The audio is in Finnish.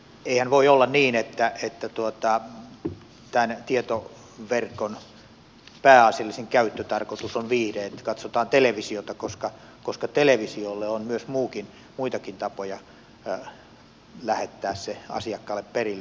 eihän voi olla niin että tämän tietoverkon pääasiallisin käyttötarkoitus on viihde että katsotaan televisiota koska televisiolle on myös muitakin tapoja lähettää se asiakkaalle perille